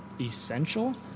essential